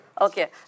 Okay